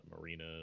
Marina